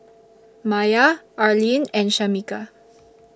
Mia Arlyne and Shamika